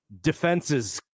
defenses